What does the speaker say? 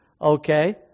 okay